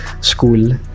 school